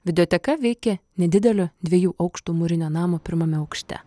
videoteka veikė nedidelio dviejų aukštų mūrinio namo pirmame aukšte